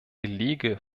belege